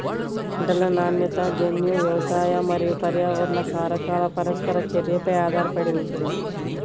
పంటల నాణ్యత జన్యు, వ్యవసాయ మరియు పర్యావరణ కారకాల పరస్పర చర్యపై ఆధారపడి ఉంటుంది